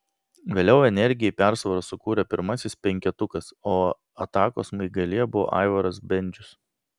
vėliau energijai persvarą sukūrė pirmasis penketukas o atakos smaigalyje buvo aivaras bendžius